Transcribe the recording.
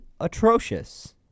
atrocious